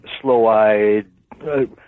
slow-eyed